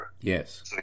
Yes